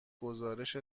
گزارش